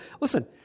listen